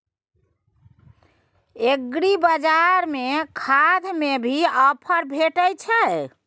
एग्रीबाजार में खाद में भी ऑफर भेटय छैय?